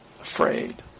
afraid